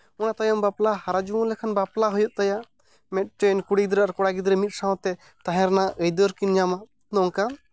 ᱚᱱᱟ ᱛᱟᱭᱚᱢ ᱵᱟᱯᱞᱟ ᱦᱟᱨᱟ ᱡᱩᱣᱟᱹᱱ ᱞᱮᱠᱷᱟᱱ ᱵᱟᱯᱞᱟ ᱦᱩᱭᱩᱜ ᱛᱟᱭᱟ ᱢᱤᱫᱴᱮᱱ ᱠᱩᱲᱤ ᱜᱤᱫᱽᱨᱟᱹ ᱟᱨ ᱠᱚᱲᱟ ᱜᱤᱫᱽᱨᱟᱹ ᱢᱤᱫ ᱥᱟᱶᱛᱮ ᱛᱟᱦᱮᱸ ᱨᱮᱱᱟᱜ ᱟᱹᱭᱫᱟᱹᱨ ᱠᱤᱱ ᱧᱟᱢᱟ ᱱᱚᱝᱠᱟ